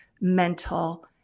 mental